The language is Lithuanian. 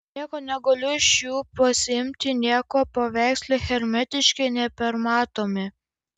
nieko negaliu iš jų pasiimti nieko paveikslai hermetiški nepermatomi